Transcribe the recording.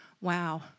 Wow